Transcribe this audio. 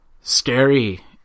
Scary